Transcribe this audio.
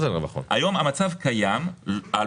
לא יקרה, אבל נגיד שזה קורה.